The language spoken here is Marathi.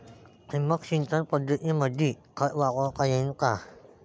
ठिबक सिंचन पद्धतीमंदी खत वापरता येईन का?